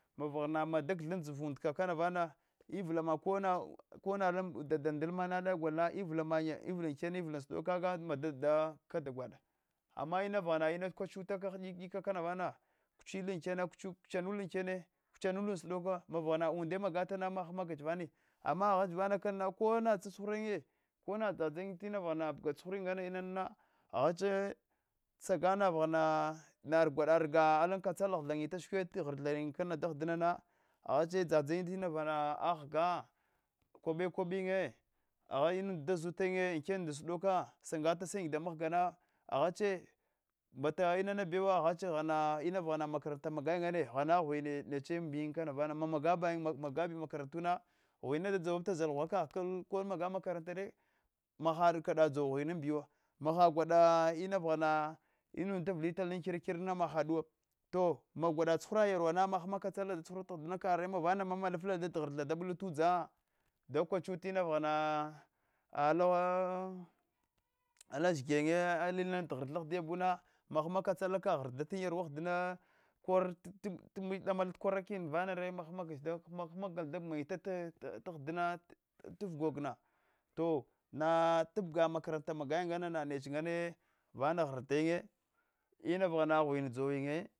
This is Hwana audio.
Mavaghana dagth andziva und aka kanavaya uvla mako na kona kona alandanda nada almanand golma ivla inannya ibla ankena uvla an sudoko kaga madaa kada gwada ama ina va ina kwalachutaka hulika hidika koma vana kuchil kuchil ankene kuchamul an sudok maghana ubde magatana mahamagach kama vana ama aghach vana kana na ko nache chahuranyin ko na dzadzayin tina vaghana biga chuhurayin ngana inana aghach saga vaghana na rga rga alan katsala ghathayintana shikwed ta ghr thayin kana dahdina aghache dzadzayin tina vaghama ghga ko be kobiyin aghache inunda da zutayin ankem nda sudor sanga to samayayin damghgama aghache mbata inava bewa aghach vaghana inana va makaranta magaya ane ghana ghine nache andiya kana vana mamagobi makarantawa ghyine dadzov zhala ghwaka koh maga makarantara maha gulada dzov ghine abdiya maha gwada inanda vaghana tavlital amkir kir kirna mahadawo yo magwada chuhura yarwa na mahma katsala da chuhurata ahdina kaghre mavana ma malfle dat ghrtha da mbula tudza da kwachetaina vaghana ala zhigyanye ahinu tghrtha ahdiya buna mahama katsala da ghrdata an yarwa ahdina ko midichi damala t kwarakine va nara inahamachga inahamach gol dag mita tah tah ahdina to bogna to natabaya makaranta magayin nga neche vana ghrdayin ina va ghyin dzowin